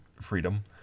freedom